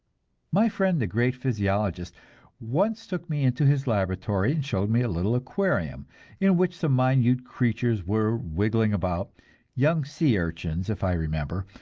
my friend the great physiologist once took me into his laboratory and showed me a little aquarium in which some minute creatures were wiggling about young sea-urchins, if i remember.